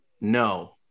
No